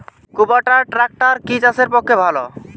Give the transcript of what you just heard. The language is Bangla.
কুবটার ট্রাকটার কি চাষের পক্ষে ভালো?